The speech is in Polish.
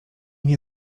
nie